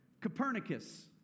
Copernicus